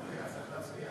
קודם צריך להצביע.